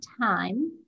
time